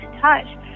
touch